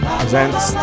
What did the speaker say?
presents